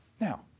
Now